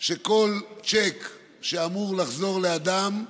שכל שיק שאמור לחזור לאדם,